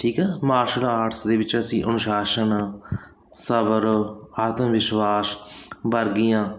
ਠੀਕ ਆ martial arts ਦੇ ਵਿੱਚ ਅਸੀਂ ਅਨੁਸ਼ਾਸਨ ਸਵਰ ਆਤਮ ਵਿਸ਼ਵਾਸ ਵਰਗੀਆਂ